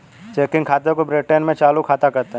checking खाते को Britain में चालू खाता कहते हैं